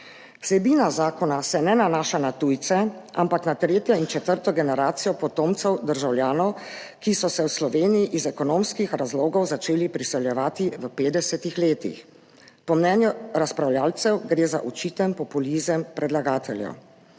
Vsebina zakona se ne nanaša na tujce, ampak na tretjo in četrto generacijo potomcev državljanov, ki so se v Slovenijo iz ekonomskih razlogov začeli priseljevati v 50. letih. Po mnenju razpravljavcev gre za očiten populizem predlagateljev.